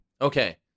Okay